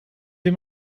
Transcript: dem